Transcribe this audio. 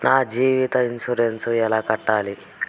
నా జీవిత ఇన్సూరెన్సు ఎలా కట్టాలి?